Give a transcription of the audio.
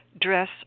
dress